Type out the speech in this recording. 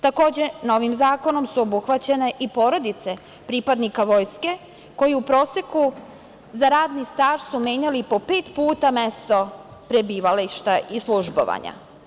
Takođe, novim zakonom su obuhvaćene i porodice pripadnika vojske koji u proseku za radni staž su menjali po pet puta mesto prebivališta i službovanja.